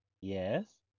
yes